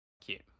Cute